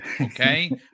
okay